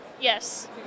Yes